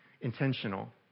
Intentional